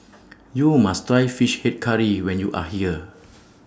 YOU must Try Fish Head Curry when YOU Are here